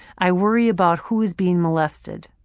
i worry about who is being molested,